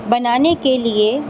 بنانے کے لیے